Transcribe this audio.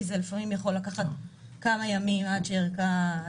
כי לפעמים יכול לקחת כמה ימים עד שערכה מגיעה.